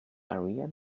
area